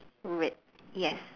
red yes